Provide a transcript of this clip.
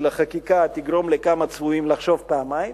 החקיקה תגרום לכמה צבועים לחשוב פעמיים.